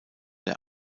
der